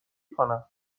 کنم